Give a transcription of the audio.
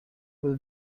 will